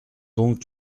donc